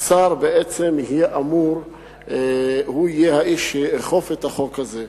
השר בעצם הוא יהיה האיש שיאכוף את החוק הזה,